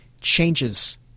changes